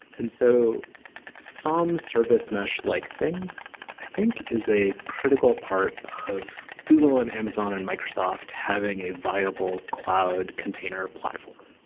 and so some service mesh-like thing i think is a critical part of google and amazon and microsoft having a viable cloud container platform.